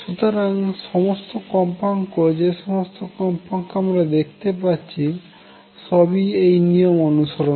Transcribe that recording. সুতরাং সমস্ত কম্পাঙ্ক যে সমস্ত কম্পাঙ্ক আমরা দেখতে পাচ্ছি সবি এই নিয়ম অনুসরন করে